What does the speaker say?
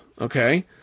okay